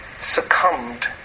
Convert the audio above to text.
succumbed